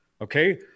okay